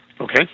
Okay